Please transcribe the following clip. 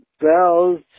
Bells